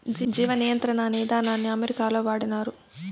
జీవ నియంత్రణ అనే ఇదానాన్ని అమెరికాలో వాడినారు